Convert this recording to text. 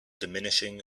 diminishing